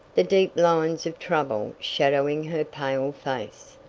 the deep lines of trouble shadowing her pale face.